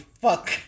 Fuck